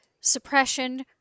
suppression